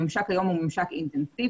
הממשק היום הוא ממשק אינטנסיבי,